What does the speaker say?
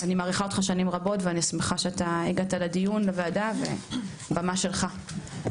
אני מעריכה אותך שנים רבות ואני שמחה שאתה הגעת לדיון לוועדה והבמה שלך.